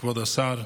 כבוד השר,